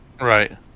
Right